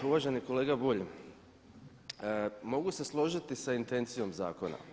Uvaženi kolega Bulj, mogu se složiti sa intencijom zakona.